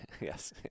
yes